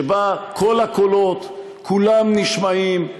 שבה כל הקולות כולם נשמעים.